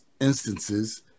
instances